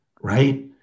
Right